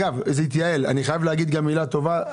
בוקר טוב.